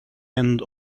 end